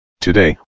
Today